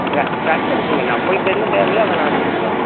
ந நண்டு இருக்குங்க நம்பளுக்கு என்ன தேவையோ அதை நாங்கள் கொடுக்குறோம்